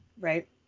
right